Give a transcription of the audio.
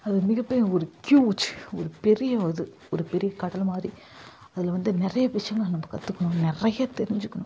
அது ஒரு மிக பெரியது அது ஹியூஜ் ஒரு பெரியது ஒரு பெரிய கடல்மாதிரி அதில் வந்து நிறைய விஷயங்கள் நம்ம கற்றுக்கணும் நிறைய தெரிஞ்சிக்கணும்